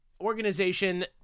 organization